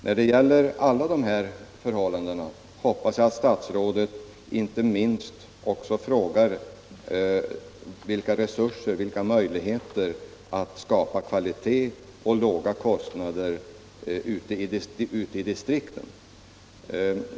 När det gäller alla de här faktorerna hoppas jag att statsrådet inte minst också undersöker vilka resurser det finns ute i distriktet att skapa kvalitet till låga kostnader.